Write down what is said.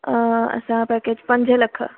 असांजो पेकेज पंज लख